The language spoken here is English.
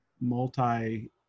multi